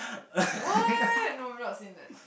what no not seen it